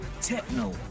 techno